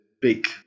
big